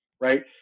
right